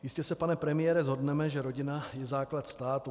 Jistě se, pane premiére, shodneme, že rodina je základ státu.